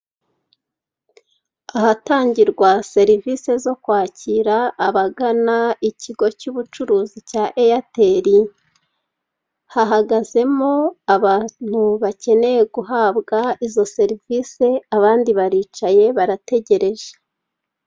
Ahatangirwa serivise zo kwakira abagana ikigo cy'ubucuruzi cya Eyateli. Hahagazemo abantu bakeneye guhabwa izo serivise, abandi baricaye barategeteje.